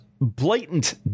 blatant